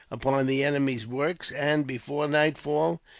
upon the enemy's works and, before nightfall,